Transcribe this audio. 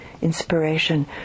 inspiration